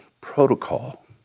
protocol